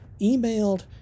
emailed